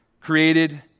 Created